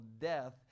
death